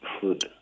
Food